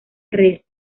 res